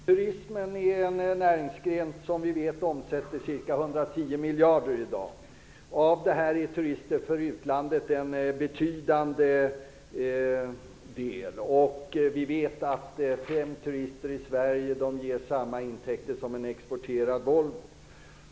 Herr talman! Jag har en fråga till statsministern. Turismen är en näringsgren som omsätter ca 110 miljarder i dag. En betydande del av detta gäller turister från utlandet. Vi vet att fem turister i Sverige ger samma intäkter som en exporterad Volvo.